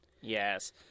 Yes